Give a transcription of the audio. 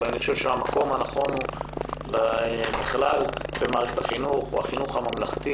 אבל אני חושב שהמקום הנכון בכלל במערכת החינוך הוא החינוך הממלכתי